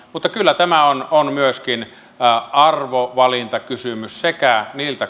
mutta kyllä tämä on on myöskin arvovalintakysymys sekä